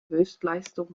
höchstleistung